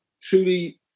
truly